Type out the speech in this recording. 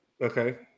Okay